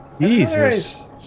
Jesus